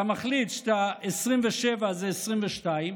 אתה מחליט ש-27 זה 22,